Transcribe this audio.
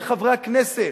לחברי הכנסת,